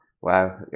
Wow